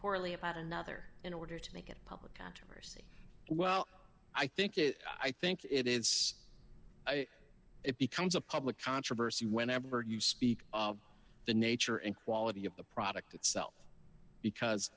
poorly about another in order to make it public controversy well i think it i think it is it becomes a public controversy whenever you speak of the nature and quality of the product itself because